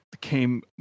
came